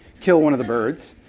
kill one of the birds,